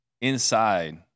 inside